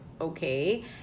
okay